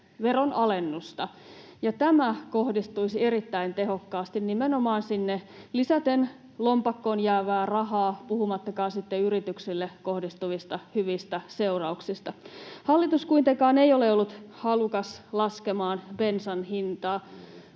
veronalennusta, ja tämä kohdistuisi erittäin tehokkaasti nimenomaan sinne lisäten lompakkoon jäävää rahaa, puhumattakaan sitten yrityksille kohdistuvista hyvistä seurauksista. Hallitus kuitenkaan ei ole ollut halukas laskemaan bensan hintaa.